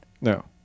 No